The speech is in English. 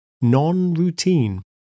non-routine